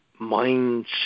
mindset